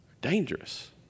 dangerous